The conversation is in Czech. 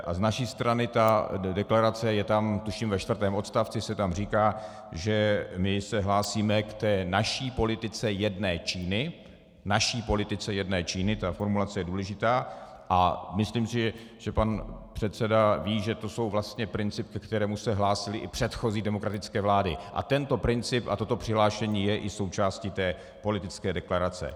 A z naší strany ta deklarace, tam tuším ve čtvrtém odstavci se říká, že se my se hlásíme k naší politice jedné Číny naší politice jedné Číny, ta formulace je důležitá, a myslím si, že pan předseda ví, že to je vlastně princip, ke kterému se hlásily i předchozí demokratické vlády, a tento princip a toto přihlášení je i součástí té politické deklarace.